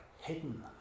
hidden